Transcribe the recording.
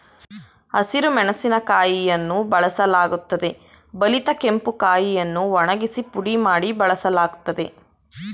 ಹಸಿರು ಮೆಣಸಿನಕಾಯಿಯನ್ನು ಬಳಸಲಾಗುತ್ತದೆ ಬಲಿತ ಕೆಂಪು ಕಾಯಿಯನ್ನು ಒಣಗಿಸಿ ಪುಡಿ ಮಾಡಿ ಬಳಸಲಾಗ್ತದೆ